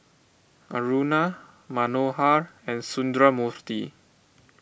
Aruna Manohar and Sundramoorthy